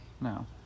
No